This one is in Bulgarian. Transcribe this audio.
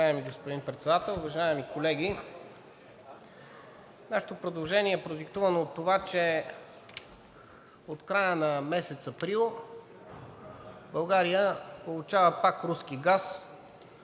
Уважаеми господин Председател, уважаеми колеги! Нашето предложение е продиктувано от това, че от края на месец април България получава пак руски газ,